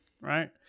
Right